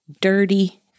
dirty